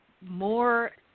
More